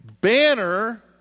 banner